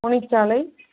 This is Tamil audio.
முனிச்சாலை